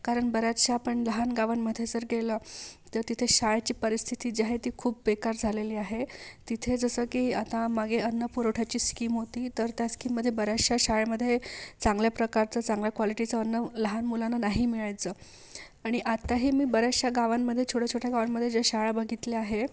कारण बऱ्याचशा आपण लहान गावांमध्ये जर गेलं तर तिथे शाळेची परिस्थिती जी आहे ती खूप बेक्कार झालेली आहे तिथे जसं की आता मागे अन्नपुरवठ्याची स्कीम होती तर त्या स्कीममध्ये बऱ्याचशा शाळेमध्ये चांगल्या प्रकारचं चांगल्या क्वालिटीचं अन्न लहान मुलांना नाही मिळायचं आणि आता हे मी बऱ्याचशा गावांमध्ये छोट्याछोट्या गावांमध्ये जे शाळा बघितल्या आहे